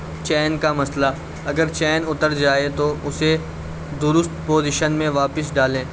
چین کا مسئلہ اگر چین اتر جائے تو اسے درست پوزیشن میں واپس ڈالیں